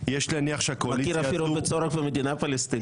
מכיר אפילו בצורך במדינה פלסטינית.